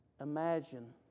Imagine